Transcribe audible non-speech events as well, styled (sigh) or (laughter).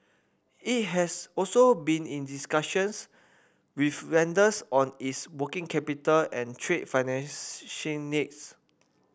it has also been in discussions with lenders on its working capital and trade (unintelligible) needs